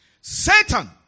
Satan